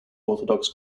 orthodox